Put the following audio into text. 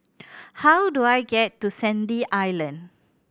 how do I get to Sandy Island